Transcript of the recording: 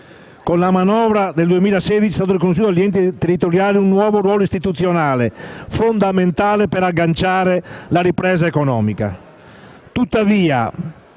Con la manovra 2016 è stato riconosciuto agli enti territoriali un nuovo ruolo istituzionale, fondamentale per agganciare la ripresa economica.